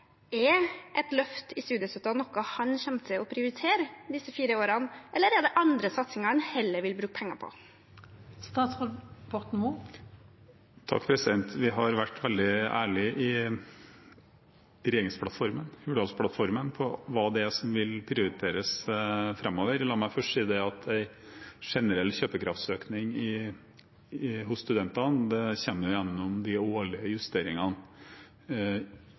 Er et løft i studiestøtten noe han kommer til å prioritere disse fire årene, eller er det andre satsinger han heller vil bruke penger på? Vi har vært veldig ærlig i regjeringsplattformen, Hurdalsplattformen, om hva som vil prioriteres framover. La meg først si det at en generell kjøpekraftsøkning hos studentene kommer gjennom de årlige justeringene